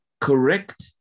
correct